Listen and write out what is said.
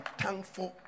thankful